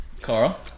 carl